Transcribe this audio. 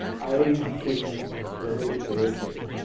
i can relate to this